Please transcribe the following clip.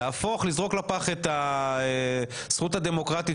זה אומר לזרוק לפח את הזכות הדמוקרטית